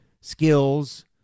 skills